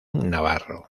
navarro